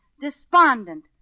despondent